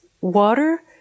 water